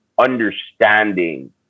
understanding